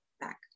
back